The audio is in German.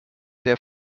der